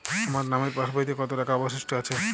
আমার নামের পাসবইতে কত টাকা অবশিষ্ট আছে?